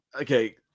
Okay